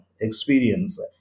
experience